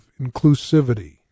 inclusivity